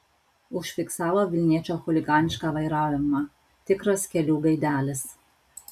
užfiksavo vilniečio chuliganišką vairavimą tikras kelių gaidelis